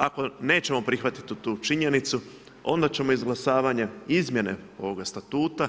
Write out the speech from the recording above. Ako nećemo prihvatiti tu činjenicu, onda ćemo izglasavanjem izmjene ovoga statuta,